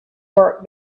work